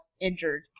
injured